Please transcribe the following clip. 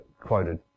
quoted